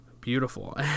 beautiful